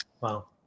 Wow